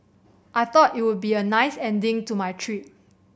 I thought it would be a nice ending to my trip